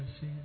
see